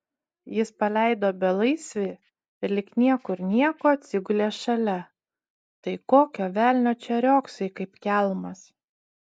jis paleido belaisvį ir lyg niekur nieko atsigulė šalia tai kokio velnio čia riogsai kaip kelmas